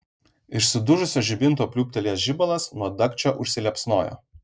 iš sudužusio žibinto pliūptelėjęs žibalas nuo dagčio užsiliepsnojo